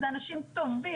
בין אם הוא יכול לפגוע בעצמו,